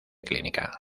clínica